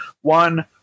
One